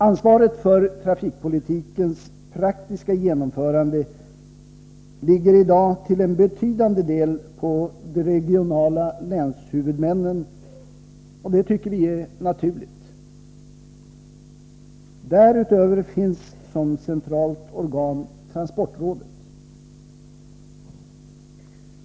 Ansvaret för trafikpolitikens praktiska genomförande ligger i dag till en betydande del på de regionala länshuvudmännen, och det tycker vi är naturligt. Därutöver finns som centralt organ transportrådet.